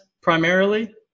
primarily